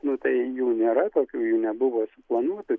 nu tai jų nėra tokių jų nebuvo suplanuota